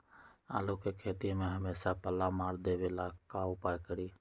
आलू के खेती में हमेसा पल्ला मार देवे ला का उपाय करी?